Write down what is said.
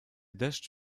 deszcz